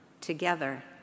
together